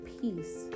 peace